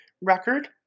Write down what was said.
record